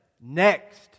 next